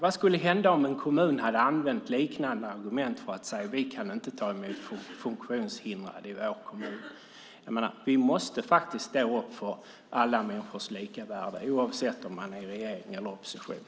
Vad skulle hända om en kommun hade använt liknande argument och sagt: Vi kan inte ta emot funktionshindrade i vår kommun. Vi måste faktiskt stå upp för alla människors lika värde, oavsett om man är i regeringsställning eller i opposition.